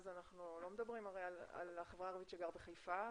אנחנו לא מדברים על החברה הערבית שגרה בחיפה וביפו,